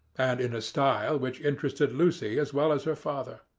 and in a style which interested lucy as well as her father.